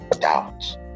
doubt